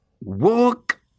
walk